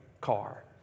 car